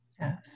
Yes